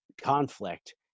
conflict